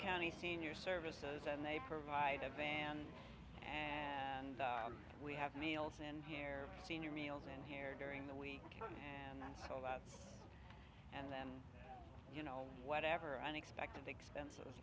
county senior services and they provide a van and we have meals and hair senior meals and here during the week and i hold out and then you know whatever unexpected expenses